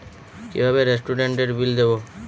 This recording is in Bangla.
কিভাবে রেস্টুরেন্টের বিল দেবো?